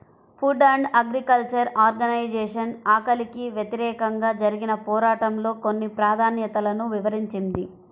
food and agriculture organization ఆకలికి వ్యతిరేకంగా జరిగిన పోరాటంలో కొన్ని ప్రాధాన్యతలను వివరించింది